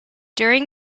during